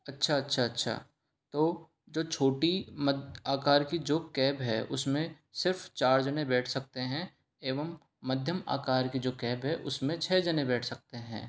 अच्छा अच्छा अच्छा तो छोटी आकर की जो कैब है उसमें सिर्फ चार जने बैठ सकते हैं एवं मध्यम आकार की जो कैब है उसमें छः जने बैठ सकते हैं